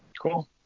Cool